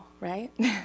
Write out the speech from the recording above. right